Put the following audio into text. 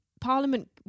Parliament